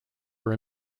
were